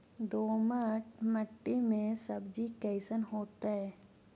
दोमट मट्टी में सब्जी कैसन होतै?